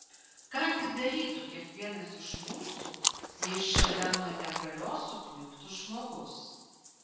ką gi darytų kiekvienas iš mūsų jei šalia nuo negalios sukniubtų žmogus